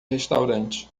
restaurante